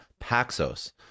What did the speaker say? Paxos